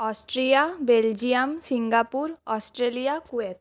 Austria Belgium Singapore Australia Kuwait